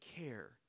care